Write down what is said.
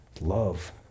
Love